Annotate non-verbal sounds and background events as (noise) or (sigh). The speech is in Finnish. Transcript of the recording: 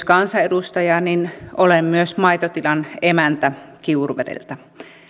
(unintelligible) kansanedustaja olen myös maitotilan emäntä kiuruvedeltä